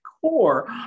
core